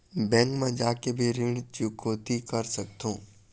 Bank मा जाके भी ऋण चुकौती कर सकथों?